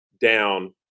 down